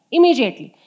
Immediately